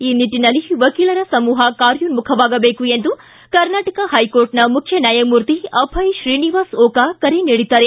ಈ ನಿಟ್ಟನಲ್ಲಿ ವಕೀಲರ ಸಮೂಪ ಕಾರ್ಯೋನ್ಮಖವಾಗಬೇಕು ಎಂದು ಕರ್ನಾಟಕ ಹೈಕೋರ್ಟ್ನ ಮುಖ್ಯ ನ್ಯಾಯಮೂರ್ತಿ ಅಭಯ್ ಶ್ರೀನಿವಾಸ್ ಓಕಾ ಕರೆ ನೀಡಿದ್ದಾರೆ